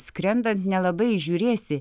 skrendant nelabai įžiūrėsi